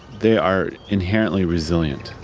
they are inherently resilient,